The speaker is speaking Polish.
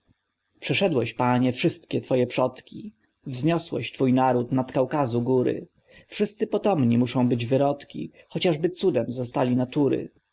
przeszedłeś panie wszystkie twoje przodki wzniosłeś twój naród nad kaukazu góry wszyscy potomni muszą być wyrodki chociażby cudem zostali natury